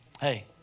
Hey